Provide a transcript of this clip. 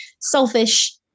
selfish